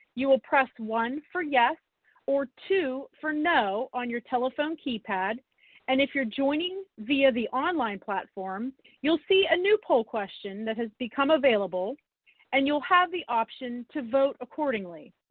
you will press one for yes or two for no on your telephone keypad and if you're joining via the online platform you'll see a new poll question that has become available and you'll have the option to vote accordingly.